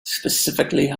specifically